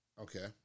Okay